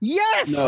yes